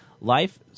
Life